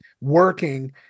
working